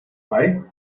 high